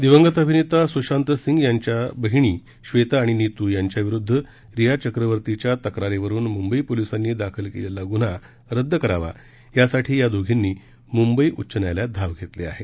दिवंगत अभिनेत सुशांत सिंग यांच्या बहिणी श्वेता आणि नितू यांच्या विरुद्ध रिया चक्रवतीच्या तक्रारीवरुन मुंबई पोलिसांनी दाखल केलेला गुन्हा रद्द करावा यासाठी या दोधींनी मुंबई उच्च न्य्यायालयात धाव घेतली आहे